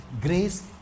grace